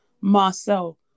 marcel